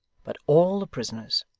but all the prisoners,